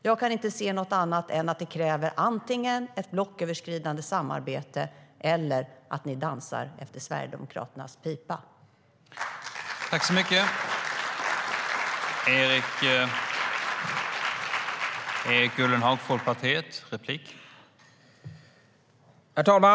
Jag kan inte se något annat än att detta kräver antingen ett blocköverskridande samarbete eller att ni dansar efter Sverigedemokraternas pipa.